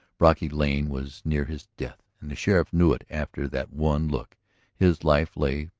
brocky lane was near his death and the sheriff knew it after that one look his life lay,